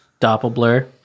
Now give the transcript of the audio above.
Doppelblur